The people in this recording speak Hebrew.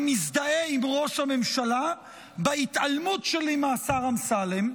אני מזדהה עם ראש הממשלה בהתעלמות שלי מהשר אמסלם,